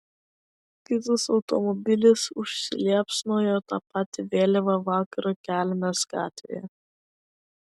kitas automobilis užsiliepsnojo tą patį vėlyvą vakarą kelmės gatvėje